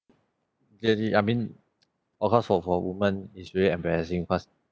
yeah is I mean of course for for woman is really embarrassing cause